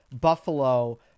Buffalo